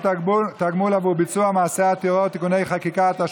תגמול עבור ביצוע מעשה הטרור (תיקוני חקיקה),